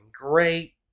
great